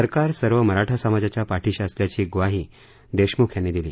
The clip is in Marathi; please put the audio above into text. सरकार सर्व मराठा समाजाच्या पाठीशी असल्याची ग्वाही देशमूख यांनी दिली